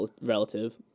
Relative